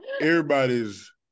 everybody's